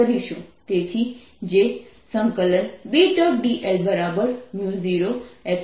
તેથી જે B